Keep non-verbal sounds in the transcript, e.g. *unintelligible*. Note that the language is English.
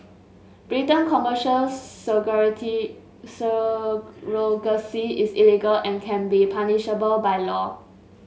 Britain Commercial *unintelligible* surrogacy is illegal and can be punishable by law